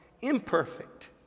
imperfect